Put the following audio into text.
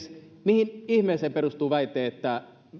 mihin ihmeeseen perustuu väite että